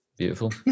beautiful